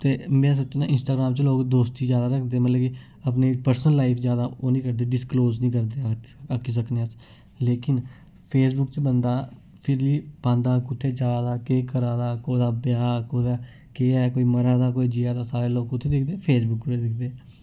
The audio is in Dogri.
ते में सोचना इंस्टाग्रांम च लोक दोस्ती जादा रखदे मतलब कि अपनी पर्सनल लाइफ जादा ओह् नि जादा डिस्कलोज निं करदे आक्खी सकने आं अस लेकिन फेसबुक च बंदा फिर ही पांदा कुत्थै जा दा केह् करा कोह्दा ब्याह् कुदै केह् ऐ कोई मरा दा कोई जिआ दा सारे लोक कुत्थै दिखदे फेसबुक उप्पर गै दिखदे